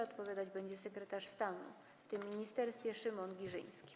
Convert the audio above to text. Odpowiadać będzie sekretarz stanu w tym ministerstwie Szymon Giżyński.